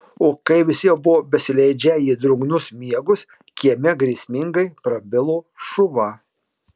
o kai visi jau buvo besileidžią į drungnus miegus kieme grėsmingai prabilo šuva